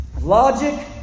Logic